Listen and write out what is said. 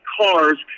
cars